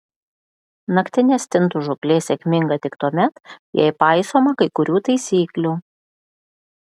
naktinė stintų žūklė sėkminga tik tuomet jei paisoma kai kurių taisyklių